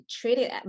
treated